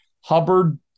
Hubbard